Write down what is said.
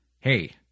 hey